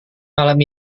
malam